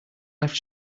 left